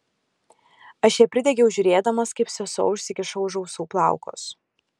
aš ją pridegiau žiūrėdamas kaip sesuo užsikiša už ausų plaukus